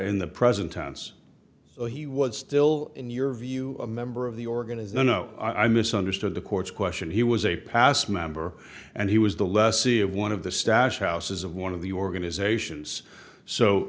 in the present tense he was still in your view a member of the organization no i misunderstood the court's question he was a past member and he was the lessee of one of the stash houses of one of the organizations so